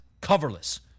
coverless